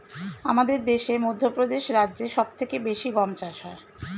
আমাদের দেশে মধ্যপ্রদেশ রাজ্যে সব থেকে বেশি গম চাষ হয়